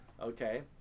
Okay